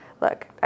Look